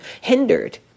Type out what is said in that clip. hindered